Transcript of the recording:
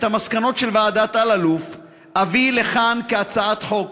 את המסקנות של ועדת אלאלוף אביא לכאן כהצעת חוק,